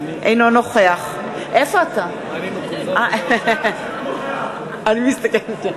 אינו משתתף בהצבעה לא משתתף,